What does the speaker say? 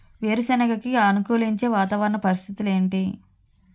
వేరుసెనగ కి అనుకూలించే వాతావరణ పరిస్థితులు ఏమిటి?